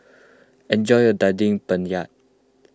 enjoy your Daging Penyet